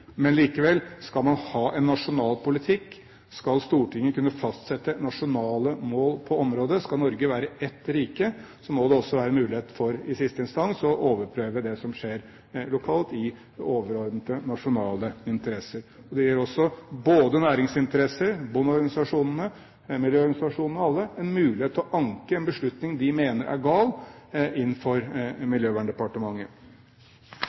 Men likevel: Skal man ha en nasjonal politikk, skal Stortinget kunne fastsette nasjonale mål på området, skal Norge være ett rike, må det også være mulighet for, i siste instans, å overprøve det som skjer lokalt i overordnede, nasjonale interesser. Det gir også næringsinteresser, bondeorganisasjoner, miljøorganisasjoner og alle en mulighet til å anke en beslutning de mener er gal,